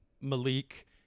Malik